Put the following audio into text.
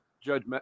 Judge